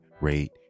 rate